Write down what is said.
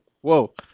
whoa